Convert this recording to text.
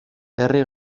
herri